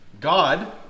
God